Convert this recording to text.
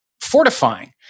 fortifying